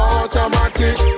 Automatic